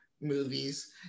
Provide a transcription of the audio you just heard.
movies